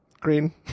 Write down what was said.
green